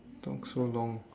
talk so long